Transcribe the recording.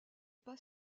pas